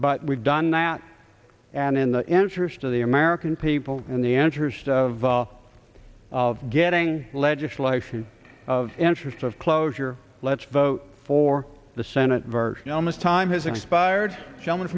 but we've done that and in the interest of the american people and the enters of of getting legislation of interest of closure let's vote for the senate version almost time has expired sh